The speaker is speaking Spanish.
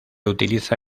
utiliza